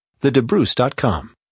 TheDeBruce.com